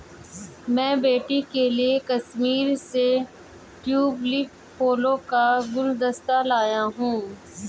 मैं बेटी के लिए कश्मीर से ट्यूलिप फूलों का गुलदस्ता लाया हुं